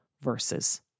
verses